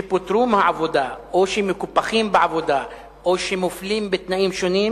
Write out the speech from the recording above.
שפוטרו מהעבודה או שמקופחים בעבודה או שמופלים בתנאים שונים,